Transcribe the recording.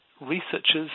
researchers